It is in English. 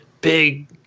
big